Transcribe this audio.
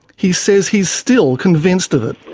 he says he's still convinced of it.